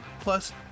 Plus